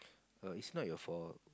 err it's not your fault